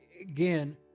again